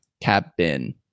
Cabin